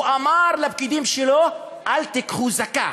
הוא אמר לפקידים שלו: אל תיקחו זאכּה.